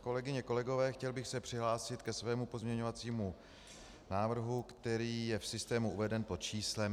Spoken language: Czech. Kolegyně, kolegové, chtěl bych se přihlásit ke svému pozměňovacímu návrhu, který je v systému uveden pod číslem 2964.